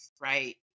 right